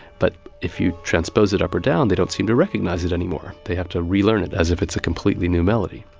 but if you transpose it up or down, they don't seem to recognise it anymore. they have to relearn it as if it's a completely new melody.